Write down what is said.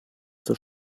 zur